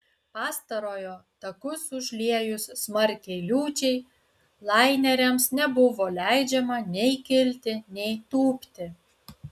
pastarojo takus užliejus smarkiai liūčiai laineriams nebuvo leidžiama nei kilti nei tūpti